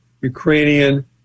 ukrainian